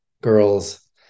girls